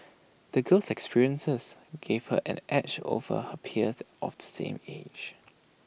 the girl's experiences gave her an edge over her peers of the same age